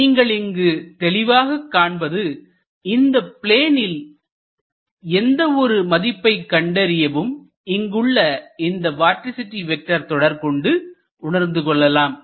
எனவே நீங்கள் இங்கு தெளிவாக காண்பது இந்த ப்ளேனில் எந்த ஒரு மதிப்பை கண்டறியவும்இங்குள்ள இந்த வார்டிசிட்டி வெக்டர் தொடர் கொண்டு உணர்ந்து கொள்ளலாம்